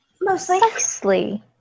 mostly